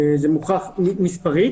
זה מוכח מספרית.